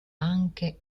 anche